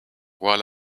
while